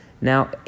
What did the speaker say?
Now